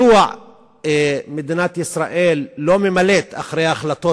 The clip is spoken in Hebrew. מדוע מדינת ישראל לא ממלאת אחר החלטת